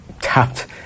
tapped